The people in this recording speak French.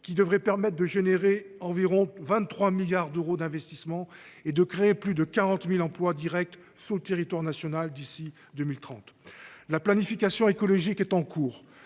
devrait permettre environ 23 milliards d’euros d’investissements et créer plus de 40 000 emplois directs sur le territoire national d’ici à 2030. La planification écologique est en cours.